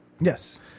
Yes